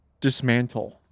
dismantle